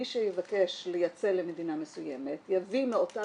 מי שיבקש לייצא למדינה מסוימת יביא מאותה